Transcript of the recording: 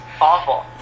Awful